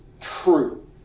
true